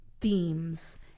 themes